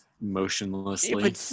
motionlessly